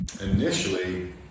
initially